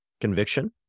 conviction